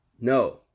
No